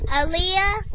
Aaliyah